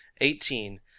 eighteen